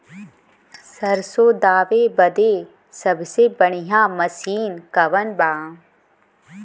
सरसों दावे बदे सबसे बढ़ियां मसिन कवन बा?